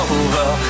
over